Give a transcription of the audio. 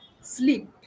sleep